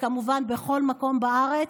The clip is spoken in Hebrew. וכמובן בכל מקום בארץ.